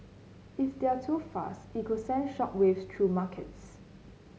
if they're too fast it could send shock waves through markets